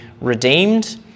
redeemed